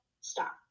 stop